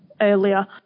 earlier